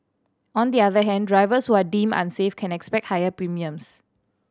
on the other hand drivers who are deemed unsafe can expect higher premiums